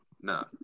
no